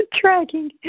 dragging